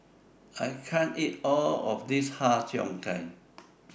I can't eat All of This Har Cheong Gai